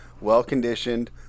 Well-conditioned